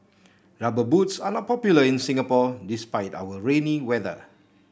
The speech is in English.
rubber boots are not popular in Singapore despite our rainy weather